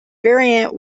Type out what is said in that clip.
variant